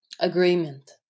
Agreement